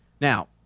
Now